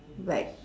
but